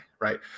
right